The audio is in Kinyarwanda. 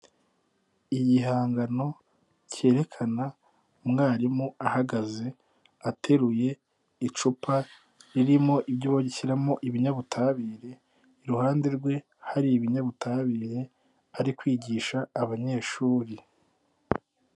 Igihangano kerekana umwarimu ahagaze ateruye icupa ririmo ibyo bagishyiramo ibinyabutabire, iruhande rwe hari ibinyabutabire, ari kwigisha abanyeshuri.